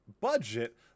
Budget